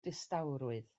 distawrwydd